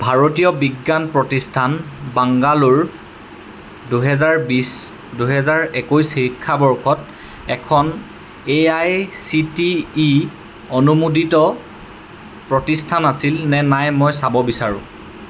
ভাৰতীয় বিজ্ঞান প্ৰতিষ্ঠান বাংগালোৰ দুহেজাৰ বিছ দুহেজাৰ একৈছ শিক্ষাবৰ্ষত এখন এআইচিটিই অনুমোদিত প্ৰতিষ্ঠান আছিল নে নাই মই চাব বিচাৰোঁ